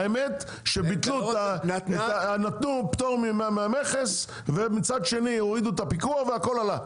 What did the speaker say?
האמת שנתנו פטור מהמכס ומצד שני הורידו את הפיקוח והכול עלה.